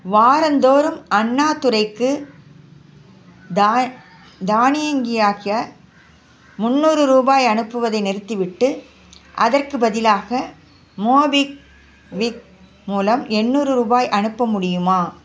வாராந்தோறும் அண்ணாதுரைக்கு தா தானியங்கியாக முந்நூறு ரூபாய் அனுப்புவதை நிறுத்திவிட்டு அதற்குப் பதிலாக மோபிக்விக் மூலம் எண்ணூறு ரூபாய் அனுப்ப முடியுமா